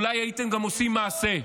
אולי הייתם גם עושים מעשה.